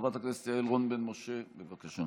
חברת הכנסת יעל רון בן משה, בבקשה.